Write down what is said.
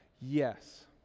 Yes